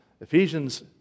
Ephesians